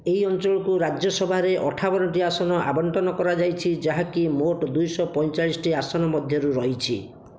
ଏହି ଅଞ୍ଚଳକୁ ରାଜ୍ୟସଭାରେ ଅଠାବନଟି ଆସନ ଆବଣ୍ଟନ କରାଯାଇଛି ଯାହା କି ମୋଟ ଦୁଇଶହ ପଇଁଚାଳିଶିଟି ଆସନ ମଧ୍ୟରୁ ରହିଛି